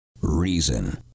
reason